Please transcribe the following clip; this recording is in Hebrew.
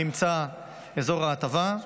נמצא אזור ההטבה,